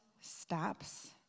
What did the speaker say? stops